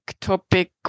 topic